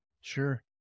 Sure